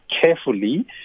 carefully